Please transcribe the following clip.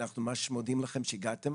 ואנחנו ממש מודים לכם שהגעתם.